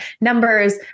numbers